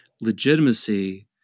legitimacy